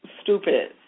stupid